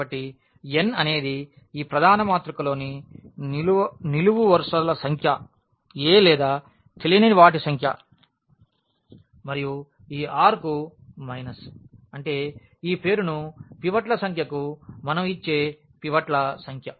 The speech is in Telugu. కాబట్టి n అనేది ఈ ప్రధాన మాతృకలోని నిలువు వరుసల సంఖ్య a లేదా తెలియని వాటి సంఖ్య మరియు ఈ r కు మైనస్ అంటే ఈ పేరును పివట్ల సంఖ్యకు మనం ఇచ్చే పివట్ల సంఖ్య